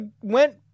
went